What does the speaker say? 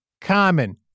Common